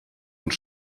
und